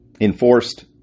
enforced